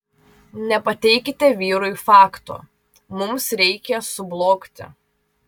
nepateikite vyrui fakto mums reikia sublogti